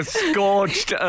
scorched